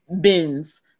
bins